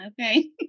okay